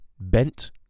bent